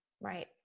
Right